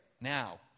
Now